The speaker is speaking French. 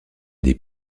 des